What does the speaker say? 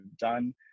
done